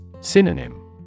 Synonym